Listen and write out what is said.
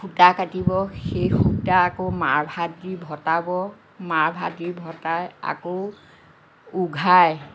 সূতা কাটিব সেই সূতা আকৌ মাৰভাত দি ভপাব মাৰভাত দি ভপাই আকৌ উঘাই